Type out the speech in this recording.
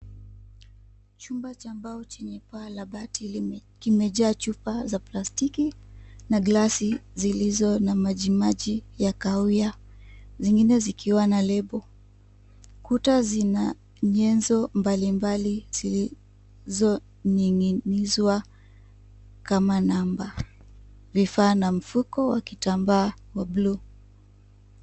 Chumba cha mbao chenye paa la bati kimejaa chupa za plastiki na glasi zilizo na majimaji ya kahawia zingine zikiwa na lebo. Kuta zina nyenzo mbalimbali zilizoning'inizwa kama namba, vifaa na mfuko wa kitambaa wa bluu.